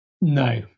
No